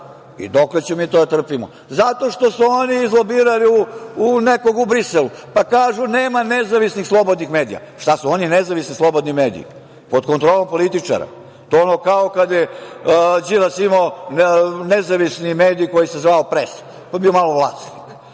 ćemo mi to da trpimo? Zato što su oni izlobirali nekog u Briselu, pa kažu – nema nezavisnih, slobodnih medija. Šta su oni nezavisni, slobodni mediji pod kontrolom političara? To je ono kao kad je Đilas imao nezavisni mediji koji se zvao „Pres“, pa je bio malo vlasnik,